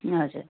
हजुर